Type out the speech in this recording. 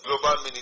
global